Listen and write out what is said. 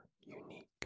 unique